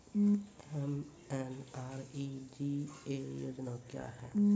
MNREGA योजना क्या हैं?